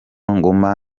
ngoma